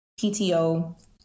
PTO